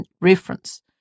reference